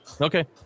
Okay